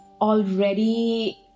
already